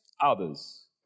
others